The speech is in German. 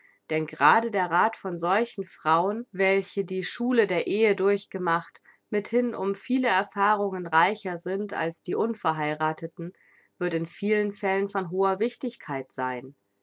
denn grade der rath von solchen frauen welche die schule der ehe durchgemacht mithin um viele erfahrungen reicher sind als die unverheiratheten wird in vielen fällen von hoher wichtigkeit sein